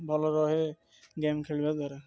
ଭଲ ରହେ ଗେମ୍ ଖେଳିବା ଦ୍ୱାରା